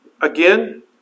again